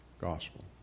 gospel